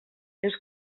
seus